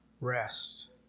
rest